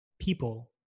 people